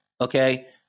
okay